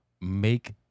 make